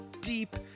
deep